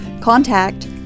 contact